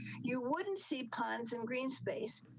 you wouldn't see cons and green space.